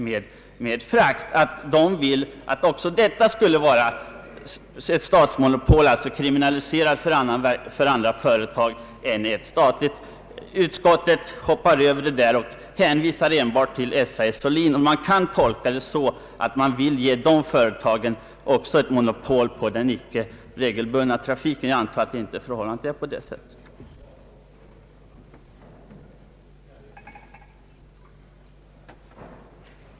De vill ait också sådan verksamhet skall göras till föremål för monopol och kriminaliseras för andra företag än ett statligt. Utskottet hoppar över det där och hänvisar enbart till SAS och Linjeflyg. Detta kan tolkas så att utskottet vill ge dessa företag monopol också på den icke regelbundna trafiken, men jag antar att det inte förhåller sig på det sättet.